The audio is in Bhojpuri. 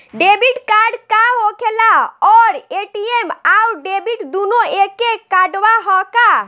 डेबिट कार्ड का होखेला और ए.टी.एम आउर डेबिट दुनों एके कार्डवा ह का?